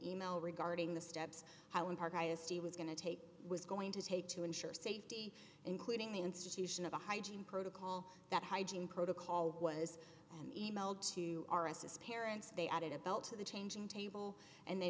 e mail regarding the steps how in part highest he was going to take was going to take to ensure safety including the institution of a hygiene protocol that hygiene protocol was emailed to r s s parents they added a belt to the changing table and they